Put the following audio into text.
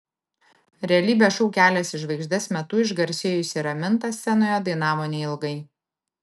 realybės šou kelias į žvaigždes metu išgarsėjusi raminta scenoje dainavo neilgai